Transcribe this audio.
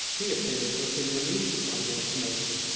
he appears to have been relieved by the ultimatum.